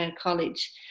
College